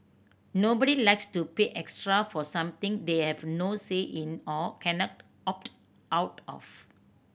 nobody likes to pay extra for something they have no say in or cannot opt out of